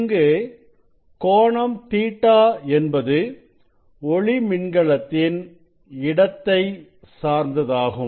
இங்கு கோணம் Ɵ என்பது ஒளி மின்கலத்தின் இடத்தை சார்ந்ததாகும்